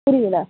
புரியலை